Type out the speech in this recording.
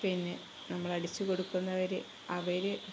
പിന്നെ നമ്മളടിച്ചു കൊടുക്കുന്നവര് അവര്